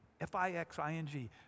F-I-X-I-N-G